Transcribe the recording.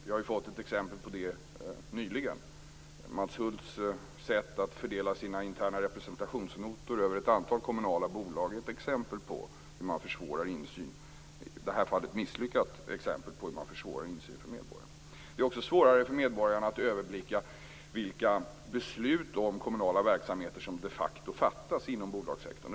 Vi har fått ett exempel på det nyligen. Mats Hulths sätt att fördela sina interna representationsnotor över ett antal kommunala bolag är ett misslyckat exempel på hur man försvårar insyn för medborgarna. Det är också svårare för medborgarna att överblicka vilka beslut om kommunala verksamheter som de facto fattas inom bolagssektorn.